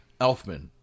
Elfman